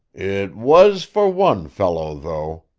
it was for one fellow, though,